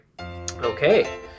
Okay